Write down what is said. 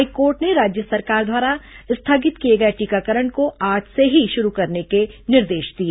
high court ने राज्य सरकार द्वारा स्थगित किए गए टीकाकरण को आज से ही शुरू करने के निर्देश दिए